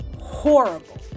horrible